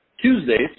Tuesdays